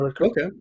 Okay